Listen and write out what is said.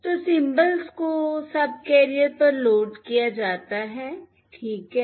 तो सिंबल्स को सबकैरियर पर लोड किया जाता है ठीक है